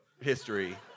history